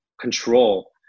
control